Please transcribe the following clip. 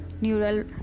neural